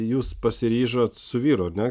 jūs pasiryžot su vyru ar ne